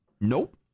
Nope